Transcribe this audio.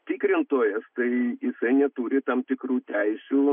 tikrintojas tai jisai neturi tam tikrų teisių